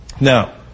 Now